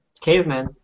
caveman